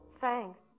Thanks